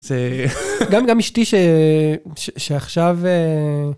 גם גם אשתי שעכשיו.